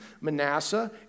Manasseh